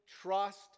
trust